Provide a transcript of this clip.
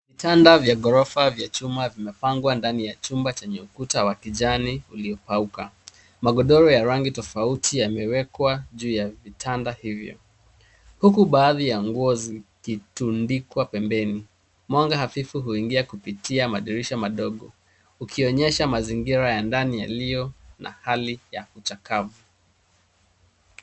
Vitanda vya ghorofa vya chuma vimepangwa nadani ya chumba chenye ukuta wa kijani uliokauka. Magodoro ya rangi tofauti yamewekwa juu vitanda hivyo huku baadhi ya nguo zikitundikwa pembeni. Mwanga hafifu huingia kupitia madirisha madogo ukionyesha mazingira ya ndani yaliyo na hali ya uchakavu.